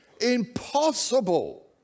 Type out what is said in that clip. impossible